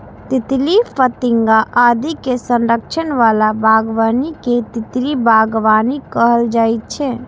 तितली, फतिंगा आदि के संरक्षण बला बागबानी कें तितली बागबानी कहल जाइ छै